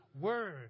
word